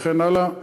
וכן הלאה.